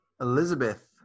Elizabeth